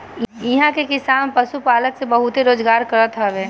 इहां के किसान पशुपालन से बहुते रोजगार करत हवे